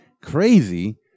Crazy